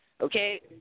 Okay